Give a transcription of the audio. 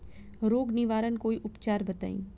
रोग निवारन कोई उपचार बताई?